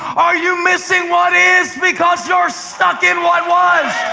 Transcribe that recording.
are you missing what is because you're stuck in what was?